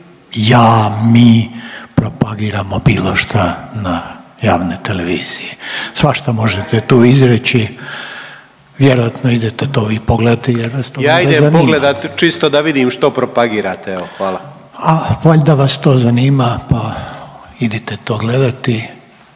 ja, mi, propagiramo bilo šta na javnoj televiziji. Svašta možete tu izreći, vjerojatno idete to vi pogledati jer vas to onda zanima. .../Upadica: Ja idem pogledati čisto da vidim što propagirate, evo, hvala./... A valjda vas to zanima pa idite to gledati.